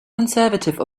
conservative